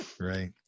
Right